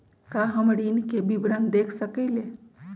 का हम ऋण के विवरण देख सकइले?